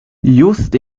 just